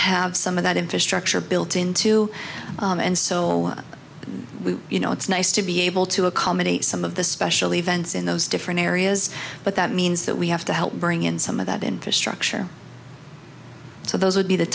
some of that infrastructure built into and so we you know it's nice to be able to accommodate some of the special events in those different areas but that means that we have to help bring in some of that infrastructure so those would be the